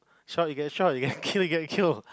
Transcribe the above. shoot you get shoot you get a kill a kill